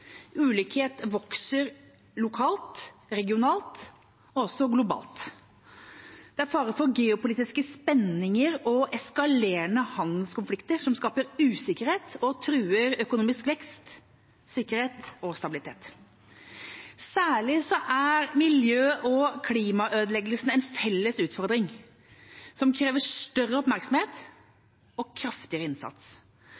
Ulikhet vokser lokalt, regionalt og også globalt. Det er fare for geopolitiske spenninger og eskalerende handelskonflikter som skaper usikkerhet og truer økonomisk vekst, sikkerhet og stabilitet. Særlig er miljø- og klimaødeleggelsene en felles utfordring som krever større